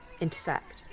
intersect